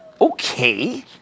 okay